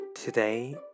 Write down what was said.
Today